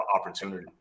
opportunity